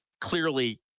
Clearly